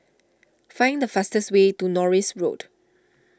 find the fastest way to Norris Road